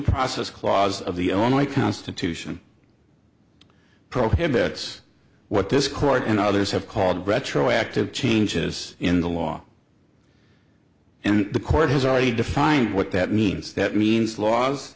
process clause of the only constitution prohibits what this court and others have called retroactive changes in the law and the court has already defined what that means that means laws